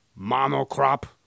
monocrop